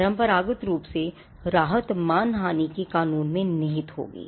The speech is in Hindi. परंपरागत रूप से राहत मानहानि के कानून में निहित होगी